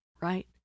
right